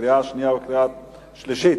בקריאה שנייה ובקריאה שלישית.